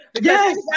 Yes